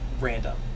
random